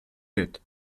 litt